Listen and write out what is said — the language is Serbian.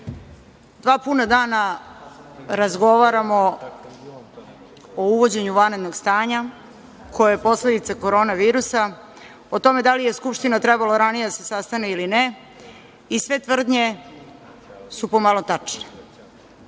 dva puna dana razgovaramo o uvođenju vanrednog stanja koje je posledica Koronavirusa, o tome da li je Skupština trebalo ranije da se sastane ili ne i sve tvrdnje su po malo tačne. Ono